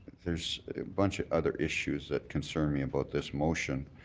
there's a bunch of other issues that concern me about this motion.